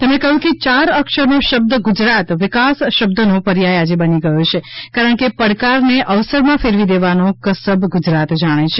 તેમણે કહ્યું કે ચાર અક્ષરનો શબ્દ ગુજરાત વિકાસ શબ્દનો પર્યાય આજે બની ગયો છે કારણ કે પડકાર ને અવસરમાં ફેરવી દેવાનો કસબ ગુજરાત જાણે છે